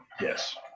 yes